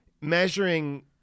measuring